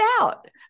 out